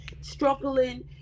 Struggling